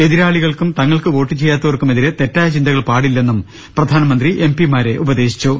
എതിരാളികൾക്കും തങ്ങൾക്ക് വോട്ടു ചെയ്യാത്തവർക്കുമെതിരെ തെറ്റായ ചിന്തകൾ പാടില്ലെന്നും പ്രധാനമന്ത്രി എംപിമാരെ ഉപദേശിച്ചു